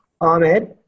Ahmed